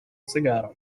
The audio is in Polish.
cygaro